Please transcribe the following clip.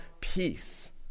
peace